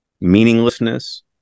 meaninglessness